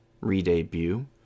re-debut